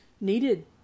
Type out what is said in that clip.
needed